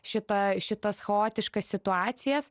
šitą šitas chaotiškas situacijas